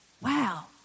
Wow